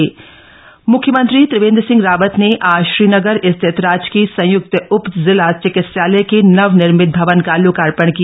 CM Almora म्ख्यमंत्री त्रिवेंद्र सिंह रावत ने आज श्रीनगर स्थित राजकीय संय्क्त उप जिला चिकित्सालय के नव निर्मित भवन का लोकार्पण किया